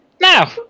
Now